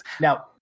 Now